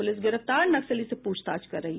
police गिरफ्तार नक्सली से पूछताछ कर रही है